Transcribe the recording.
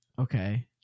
okay